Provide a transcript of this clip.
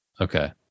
Okay